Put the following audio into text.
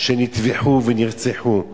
שנטבחו ונרצחו.